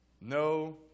No